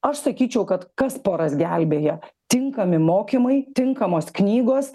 aš sakyčiau kad kas poras gelbėja tinkami mokymai tinkamos knygos